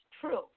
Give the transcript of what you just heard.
true